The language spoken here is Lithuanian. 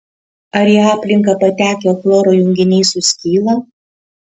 ar į aplinką patekę chloro junginiai suskyla